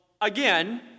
again